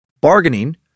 bargaining